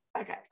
okay